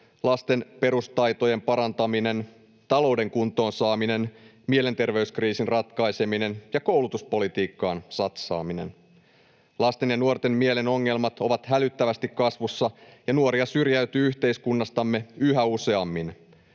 lasten perustaitojen parantaminen, talouden kuntoon saaminen, mielenterveyskriisin ratkaiseminen ja koulutuspolitiikkaan satsaaminen. Lasten ja nuorten mielen ongelmat ovat hälyttävästi kasvussa, ja nuoria syrjäytyy yhteiskunnastamme yhä useammin.